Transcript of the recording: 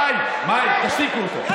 מאי, מאי, תשתיקו אותו.